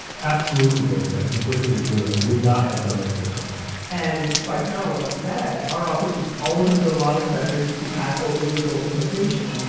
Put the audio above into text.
absolutely worth it. i completely agree i would not have done it differently. and by parallel to that our office was always under a lot of pressure to tackle illegal immigration.